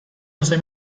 once